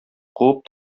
куып